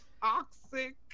toxic